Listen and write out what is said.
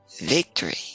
victory